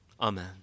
Amen